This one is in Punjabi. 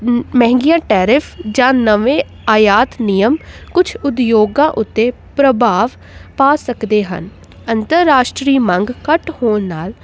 ਮ ਮਹਿੰਗੀਆ ਟੈਰਿਫ ਜਾਂ ਨਵੇਂ ਆਯਾਤ ਨਿਯਮ ਕੁਛ ਉਦਯੋਗਾਂ ਉੱਤੇ ਪ੍ਰਭਾਵ ਪਾ ਸਕਦੇ ਹਨ ਅੰਤਰਰਾਸ਼ਟਰੀ ਮੰਗ ਘੱਟ ਹੋਣ ਨਾਲ